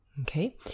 Okay